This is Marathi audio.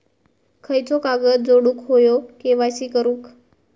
खयचो कागद जोडुक होयो के.वाय.सी करूक?